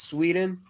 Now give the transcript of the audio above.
Sweden